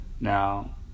Now